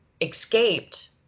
Escaped